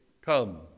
Come